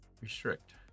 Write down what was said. restrict